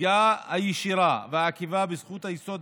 הפגיעה הישירה והעקיפה בזכות היסוד